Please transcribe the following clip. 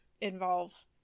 involve